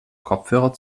kopfhörer